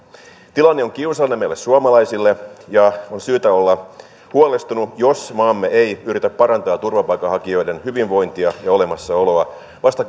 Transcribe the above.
tilanne on kiusallinen meille suomalaisille ja on syytä olla huolestunut jos maamme ei yritä parantaa turvapaikanhakijoiden hyvinvointia ja olemassaoloa vasta